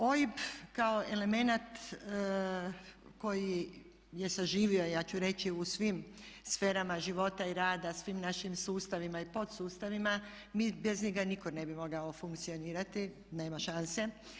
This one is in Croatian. OIB kao element koji je saživio ja ću reći u svim sferama života i rada, svim našim sustavima i podsustavima mi bez njega nitko ne bi mogao funkcionirati, nema šanse.